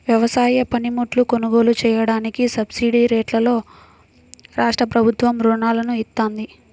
వ్యవసాయ పనిముట్లు కొనుగోలు చెయ్యడానికి సబ్సిడీరేట్లలో రాష్ట్రప్రభుత్వం రుణాలను ఇత్తంది